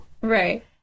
Right